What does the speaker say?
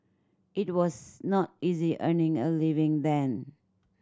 it was not easy earning a living then